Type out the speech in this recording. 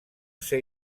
ser